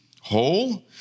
whole